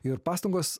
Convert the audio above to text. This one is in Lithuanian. ir pastangos